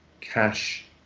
cash